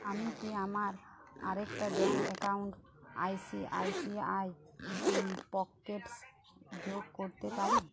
আমি কি আমার আরেকটা ব্যাঙ্ক অ্যাকাউন্ট আইসিআইসিআই পকেটস যোগ করতে পারি